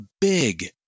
big